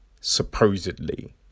Supposedly